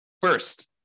First